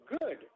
good